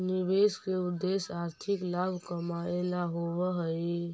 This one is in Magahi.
निवेश के उद्देश्य आर्थिक लाभ कमाएला होवऽ हई